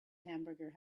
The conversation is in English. hamburger